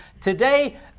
Today